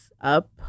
up